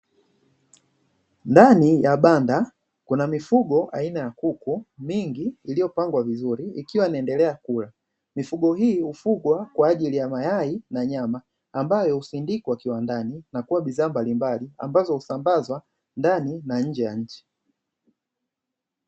Ndani ya banda kuna mifugo aina ya kuku mingi iliyopangwa vizuri ikiwa inaendelea kula. Mifugo hii hufugwa kwa ajili ya mayai na nyama ambayo husindikwa kiwandani na kuwa bidhaa mbalimbali ambazo husambazwa ndani na nje ya nchi.